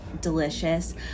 delicious